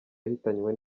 yahitanywe